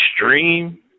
extreme